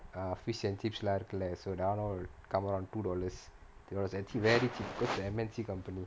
uh fish and chips எல்லா இருக்குல:ellaa irukkula so donal come around two dollars two dollars very cheap very cheap because they M_N_C company